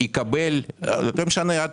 לא משנה,